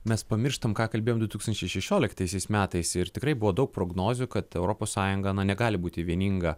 mes pamirštam ką kalbėjom du tūkstančiai šešioliktaisiais metais ir tikrai buvo daug prognozių kad europos sąjunga na negali būti vieninga